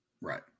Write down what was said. right